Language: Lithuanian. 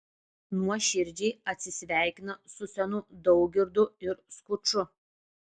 nuoširdžiai atsisveikina su senu daugirdu ir skuču